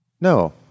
No